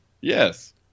yes